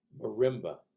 Marimba